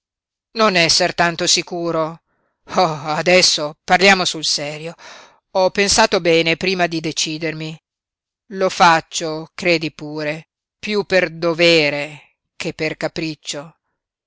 non esser tanto sicuro oh adesso parliamo sul serio ho pensato bene prima di decidermi lo faccio credi pure piú per dovere che per capriccio